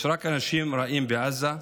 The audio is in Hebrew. יש רק אנשים רעים בעזה?